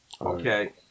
okay